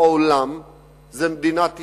בעולם זה מדינת ישראל.